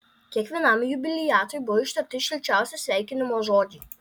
kiekvienam jubiliatui buvo ištarti šilčiausi sveikinimo žodžiai